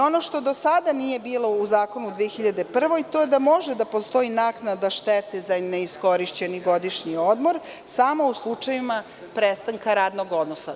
Ono što do sada nije bilo u zakonu iz 2001. godine jeste da može da postoji naknada štete za neiskorišćeni godišnji odmor i to samo u slučajevima prestanka radnog odnosa.